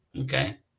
Okay